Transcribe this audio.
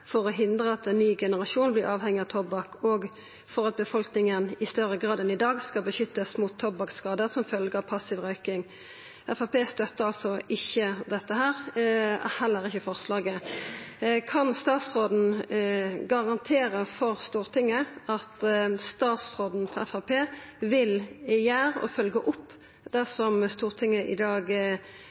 for å hindre at en ny generasjon blir avhengig av tobakk, og for at befolkningen i større grad enn i dag skal beskyttes mot tobakksskader som følge av passiv røyking». Framstegspartiet støttar altså ikkje dette, heller ikkje forslaget. Kan statsråden garantera for Stortinget at statsråden frå Framstegspartiet vil gjennomføra og følgja opp det som Stortinget i dag